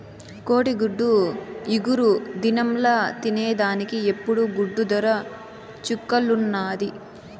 కోడిగుడ్డు ఇగురు దినంల తినేదానికి ఇప్పుడు గుడ్డు దర చుక్కల్లున్నాది